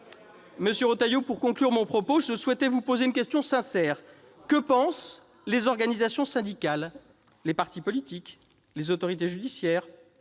Monsieur Retailleau, pour conclure mon propos, je souhaitais vous poser une question sincère : que pensent les organisations syndicales, les partis politiques, les autorités judiciaires,